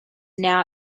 now